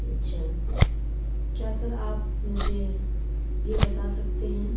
اچھا کیا سر آپ مجھے یہ بتا سکتے ہیں